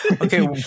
Okay